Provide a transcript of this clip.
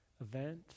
event